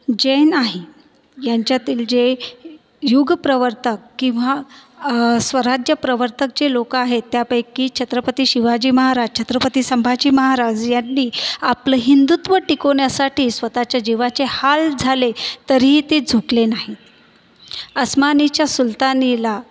जैन आहे यांच्यातील जे युगप्रवर्तक किंवा स्वराज्यप्रवर्तक जे लोक आहेत त्यापैकी छत्रपती शिवाजी महाराज छत्रपती संभाजी महाराज यांनी आपलं हिंदुत्व टिकवण्यासाठी स्वतःच्या जीवाचे हाल झाले तरीही ते झुकले नाहीत अस्मानीच्या सुलतानीला